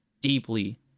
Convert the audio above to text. deeply